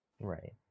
right